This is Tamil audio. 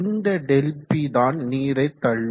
இந்த ∆P தான் நீரை தள்ளும்